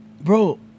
bro